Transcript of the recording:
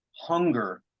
hunger